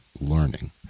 learning